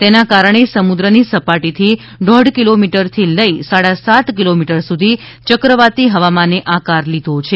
તેના કારણે સમુદ્રની સપાટીથી દોઢ કિલોમીટરથી લઈ સાડા સાત કિલોમીટર સુધી ચક્રવાતી હવામાને આકાર લીધો છે